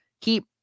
keep